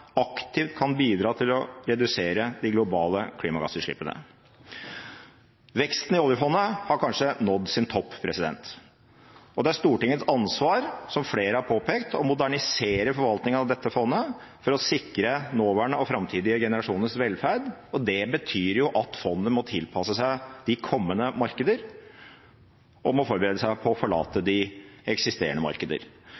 aktivt kan bidra til å redusere de globale klimagassutslippene. Veksten i oljefondet har kanskje nådd sin topp. Det er Stortingets ansvar, som flere har påpekt, å modernisere forvaltningen av dette fondet, for å sikre nåværende og framtidige generasjoners velferd. Det betyr at fondet må tilpasse seg de kommende markeder, og at det må forberede seg på å forlate